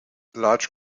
large